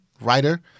writer